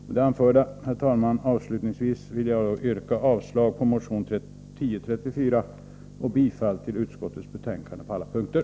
Med det anförda ber jag, herr talman, att få yrka avslag på motion 1034 och bifall till utskottets hemställan på alla punkter.